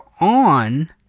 on